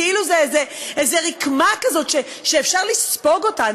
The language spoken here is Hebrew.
כאילו זו רקמה שאפשר לספוג אותה.